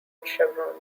chevrons